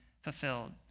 fulfilled